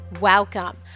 welcome